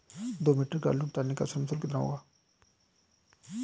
दो metric tonne आलू उतारने का श्रम शुल्क कितना होगा?